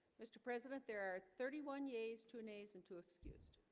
mr. president there are thirty one yeas to nays and two excused